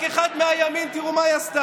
רק אחד מהימין, תראו מה היא עשתה.